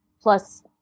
plus